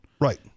Right